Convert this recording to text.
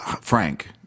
Frank